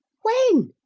when?